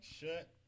Shut